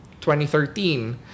2013